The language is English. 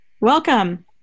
Welcome